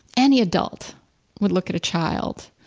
any adult would look at a child.